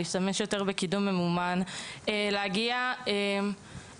להשתמש יותר בקידום ממומן כדי להגיע לכמה שיותר.